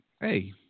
hey